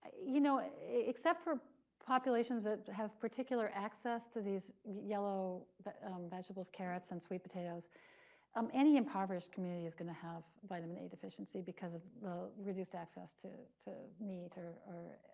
you know except for populations that have particular access to these yellow vegetables carrots and sweet potatoes um any impoverished community is going to have vitamin a deficiency because of reduced access to to meat or or